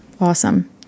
Awesome